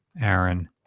Aaron